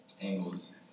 angles